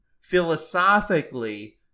philosophically